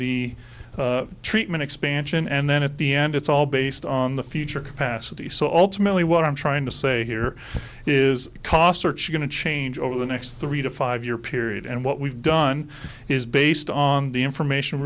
the treatment expansion and then at the end it's all based on the future capacity so ultimately what i'm trying to say here is cost search going to change over the next three to five year period and what we've done is based on the information